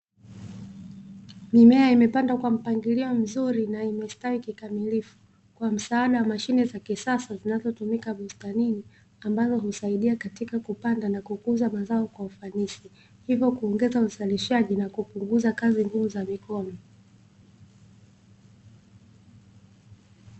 Mimea imepandwa kwa mpangilio mzuri na imestawi kikamilifu kwa msaada wa mashine za kisasa, zinazotumika bustanini ambazo husaidia katika kupanda na kukuza mazao kwa ufanisi, hivyo kuongeza uzalishaji na kupunguza kazi ngumu za mikono.